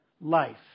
life